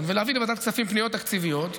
ולהביא לוועדת הכספים פניות תקציביות.